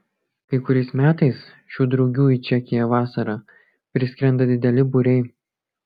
kai kuriais metais šių drugių į čekiją vasarą priskrenda dideli būriai